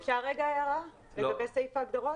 אפשר רגע הערה לגבי סעיף ההגדרות?